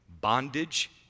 bondage